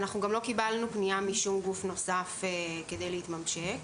ואנחנו גם לא קיבלנו פנייה משום גוף נוסף כדי להתממשק.